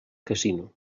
casino